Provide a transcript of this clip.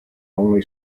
only